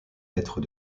lettres